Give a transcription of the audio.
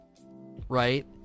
right